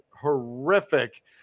horrific